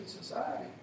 society